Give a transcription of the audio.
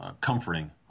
comforting